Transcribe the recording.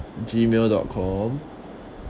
gmail dot com